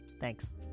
Thanks